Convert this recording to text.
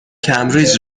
کمبریج